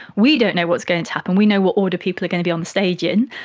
we don't know what's going to to happen, we know what order people are going to be on the stage in,